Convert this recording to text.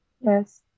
Yes